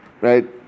Right